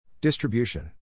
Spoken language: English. Distribution